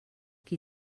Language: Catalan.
qui